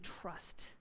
trust